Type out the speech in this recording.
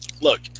Look